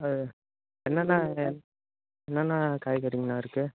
ஆ என்னென்ன என்னென்ன காய்கறிங்கண்ணா இருக்குது